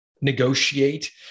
negotiate